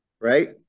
right